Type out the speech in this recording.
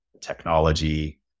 technology